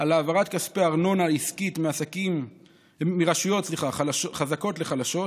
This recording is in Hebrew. על העברת כספי ארנונה עסקית מרשויות חזקות לחלשות,